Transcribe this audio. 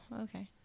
okay